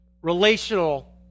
relational